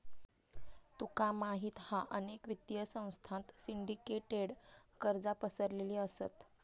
तुका माहित हा अनेक वित्तीय संस्थांत सिंडीकेटेड कर्जा पसरलेली असत